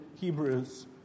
Hebrews